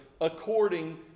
according